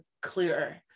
clearer